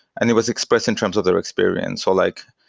and it was expressed in terms of their experience. so like,